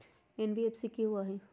NBFC कि होअ हई?